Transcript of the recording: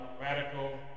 radical